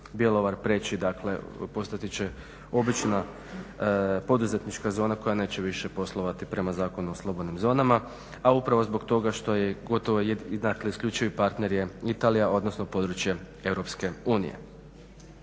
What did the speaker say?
Bjelovar prijeći, dakle postati će obična poduzetnička zona koja neće više poslovati prema Zakonu o slobodnim zonama a upravo zbog toga što je gotovo i isključivi partner je Italija odnosno područje EU. To nam